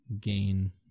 gain